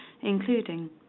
including